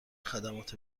خدمات